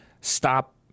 stop